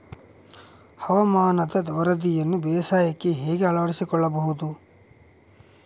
ಹವಾಮಾನದ ವರದಿಯನ್ನು ಬೇಸಾಯಕ್ಕೆ ಹೇಗೆ ಅಳವಡಿಸಿಕೊಳ್ಳಬಹುದು?